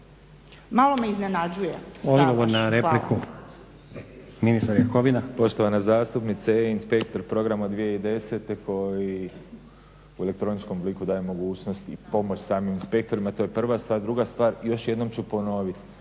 Malo me iznenađuje